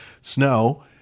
snow